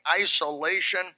isolation